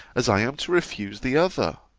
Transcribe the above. as i am to refuse the other.